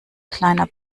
kleiner